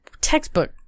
textbook